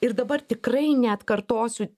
ir dabar tikrai neatkartosiu